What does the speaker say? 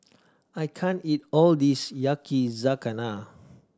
I can't eat all this Yakizakana